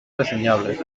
reseñables